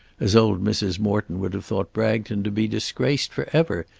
as old mrs. morton would have thought bragton to be disgraced for ever,